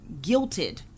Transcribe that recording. guilted